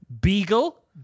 beagle